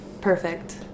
perfect